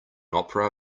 opera